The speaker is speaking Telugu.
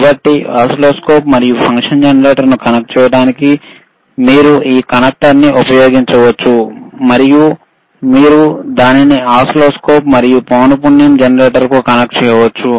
కాబట్టి ఓసిల్లోస్కోప్ మరియు ఫంక్షన్ జెనరేటర్ను కనెక్ట్ చేయడానికి మీరు ఈ కనెక్టర్ను ఉపయోగించవచ్చు మరియు మీరు దానిని ఓసిల్లోస్కోప్ మరియు పౌనపున్యం జనరేటర్కు కనెక్ట్ చేయవచ్చు